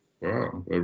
Wow